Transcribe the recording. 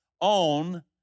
on